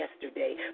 yesterday